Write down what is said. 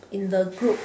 in the group